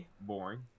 boring